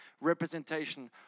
representation